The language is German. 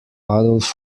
adolf